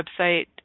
website